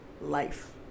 life